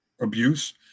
abuse